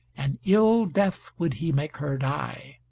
an ill death would he make her die.